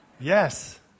Yes